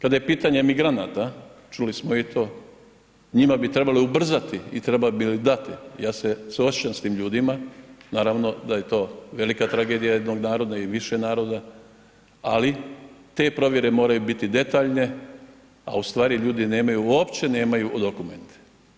Kada je pitanje emigranata čuli smo i to njima bi trebali ubrzati i trebali bi dati, ja se suosjećam sa tim ljudima, naravno da je to velika tragedija jednog naroda i više naroda, ali te provjere moraju biti detaljne, a u stvari ljudi nemaju, uopće nemaju dokumente.